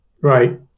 Right